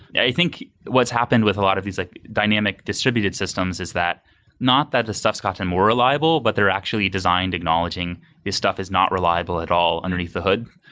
yeah think what's happened with a lot of these like dynamic distributed systems is that not that the stuff's gotten more reliable, but they're actually designed acknowledging this stuff is not reliable at all underneath the hood.